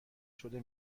شده